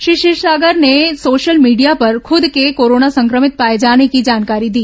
श्री क्षीरसागर ने social media पर खद के कोरोना संक्रमित पाए जाने की जानकारी दी